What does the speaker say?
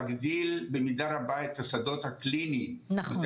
להגדיל במידה רבה את השדות הקליניים ואת